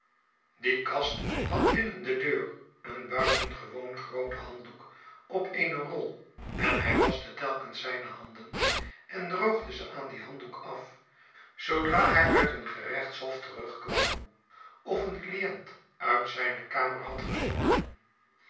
die kast had binnen de deur een buitengewoon grooten handdoek op eene rol en hij waschte telkens zijne handen en droogde ze aan dien handdoek af zoodra hij ui t een gerechtshof terugkwam of een client uit zijne kamer had gezonden